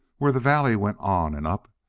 where the valley went on and up,